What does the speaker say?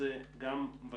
לכמה זה יכול